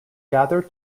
gather